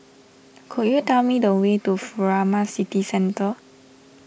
could you tell me the way to Furama City Centre